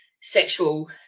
sexual